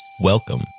Welcome